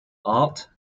art